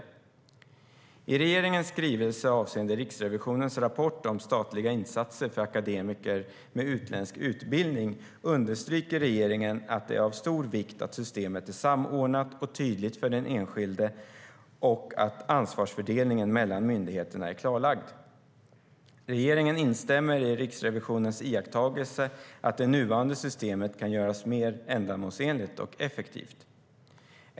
I regeringens skrivelse avseende Riksrevisionens rapport om statliga insatser för akademiker med utländsk utbildning understryker regeringen att det är av stor vikt att systemet är samordnat och tydligt för den enskilde och att ansvarsfördelningen mellan myndigheterna är klarlagd. Regeringen instämmer i Riksrevisionens iakttagelse att det nuvarande systemet kan göras mer ändamålsenligt och effektivt.